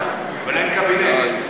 אבל אין קבינט.